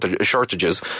shortages